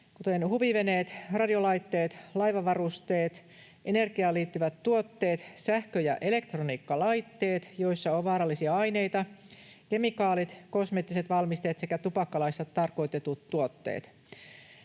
huviveneet, radiolaitteet, laivavarusteet, energiaan liittyvät tuotteet, sähkö- ja elektroniikkalaitteet, joissa on vaarallisia aineita, kemikaalit, kosmeettiset valmisteet sekä tupakkalaissa tarkoitetut tuotteet.